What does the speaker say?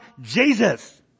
Jesus